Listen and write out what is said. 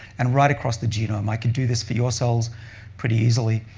and right across the genome, i could do this for your cells pretty easily.